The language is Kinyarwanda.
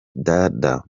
dada